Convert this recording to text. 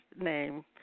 name